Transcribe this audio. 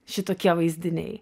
šitokie vaizdiniai